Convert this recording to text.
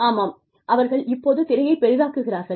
ஆமாம் அவர்கள் இப்போது திரையைப் பெரிதாக்குகிறார்கள்